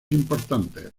importantes